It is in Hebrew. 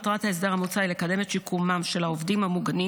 מטרת ההסדר המוצע היא לקדם את שיקומם של העובדים המוגנים